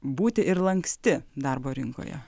būti ir lanksti darbo rinkoje